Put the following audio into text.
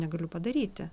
negaliu padaryti